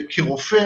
כרופא,